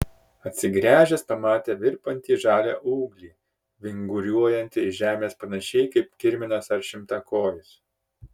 atsigręžęs pamatė virpantį žalią ūglį vinguriuojantį iš žemės panašiai kaip kirminas ar šimtakojis